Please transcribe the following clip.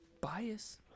Bias